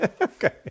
Okay